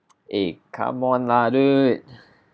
eh come on lah dude